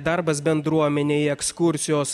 darbas bendruomenėj ekskursijos